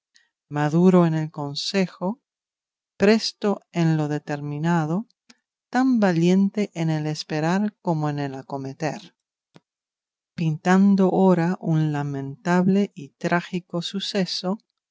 maduro en el consejo presto en lo determinado tan valiente en el esperar como en el acometer pintando ora un lamentable y trágico suceso